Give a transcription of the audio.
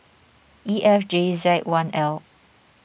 E F J Z one L